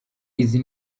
izi